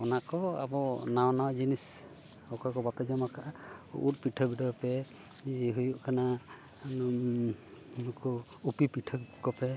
ᱚᱱᱟ ᱠᱚ ᱟᱵᱚ ᱱᱟᱣᱟ ᱱᱟᱣᱟ ᱡᱤᱱᱤᱥ ᱚᱠᱟ ᱠᱚ ᱵᱟᱠᱚ ᱡᱚᱢ ᱠᱟᱜᱼᱟ ᱩᱫ ᱯᱤᱴᱷᱟᱹ ᱵᱤᱰᱟᱹᱣ ᱯᱮ ᱡᱮ ᱦᱩᱭᱩᱜ ᱠᱟᱱᱟ ᱱᱩᱠᱩ ᱩᱯᱤ ᱯᱤᱴᱷᱟᱹ ᱠᱚᱯᱮ